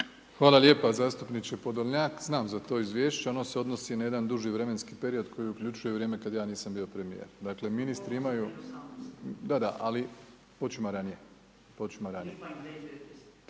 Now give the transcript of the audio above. Hvala lijepa. Zastupniče Podolnjak, znam za to izvješće, ono se odnosi na jedan duži vremenski period koji uključuje vrijeme kada ja nisam bio premijer. Dakle ministri imaju… …/Upadica se ne